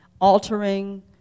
altering